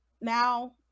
now